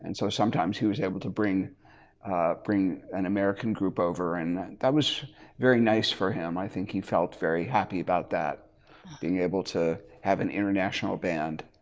and so sometimes he was able to bring bring an american group over and that was very nice for him. i think he felt very happy about that being able to have an international band.